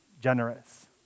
generous